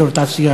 אזור תעשייה,